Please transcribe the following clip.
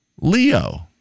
Leo